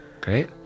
great